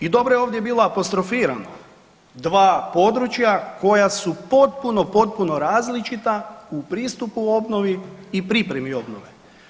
I dobro je ovdje bilo apostrofirano, dva područja koja su potpuno, potpuno različita u pristupu obnovi i pripremi obnove.